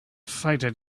fighter